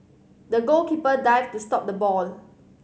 the goalkeeper dived to stop the ball